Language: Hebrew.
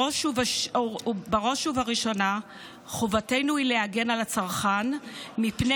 בראש ובראשונה חובתנו היא להגן על הצרכן מפני